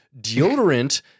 Deodorant